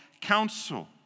council